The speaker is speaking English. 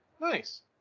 Nice